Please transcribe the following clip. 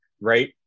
right